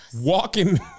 walking